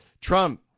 Trump